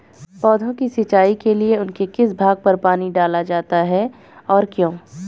पौधों की सिंचाई के लिए उनके किस भाग पर पानी डाला जाता है और क्यों?